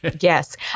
Yes